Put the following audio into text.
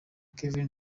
kevin